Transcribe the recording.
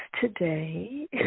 today